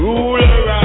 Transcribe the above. Ruler